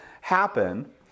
happen